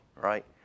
right